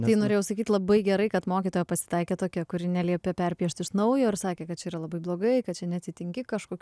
tai norėjau sakyt labai gerai kad mokytoja pasitaikė tokia kuri neliepė perpiešt iš naujo ir sakė kad čia yra labai blogai kad čia neatitinki kažkokių